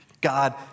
God